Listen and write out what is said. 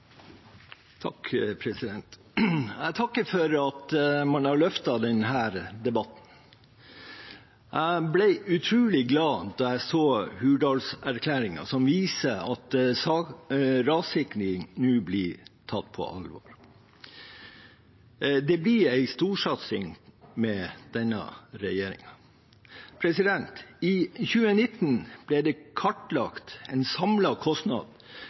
Jeg takker for at man har løftet denne debatten. Jeg ble utrolig glad da jeg så Hurdalsplattformen, som viser at rassikring nå blir tatt på alvor. Det blir en storsatsing med denne regjeringen. I 2019 ble det kartlagt en samlet kostnad